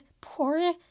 poor